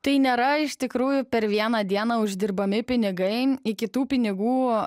tai nėra iš tikrųjų per vieną dieną uždirbami pinigai iki tų pinigų